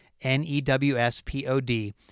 n-e-w-s-p-o-d